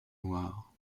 noir